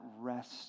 rest